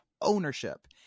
ownership